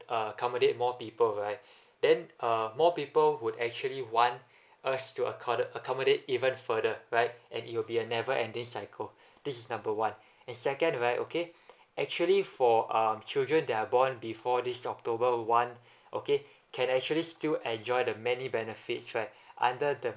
uh accommodate more people right then uh more people who actually want us to accorded accommodate even further right and it will be a never ending cycle this is number one the second right okay actually for uh children they're born before this october one okay can actually still enjoy the many benefits right under the